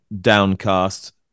downcast